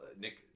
Nick